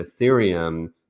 Ethereum